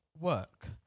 work